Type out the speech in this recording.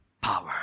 power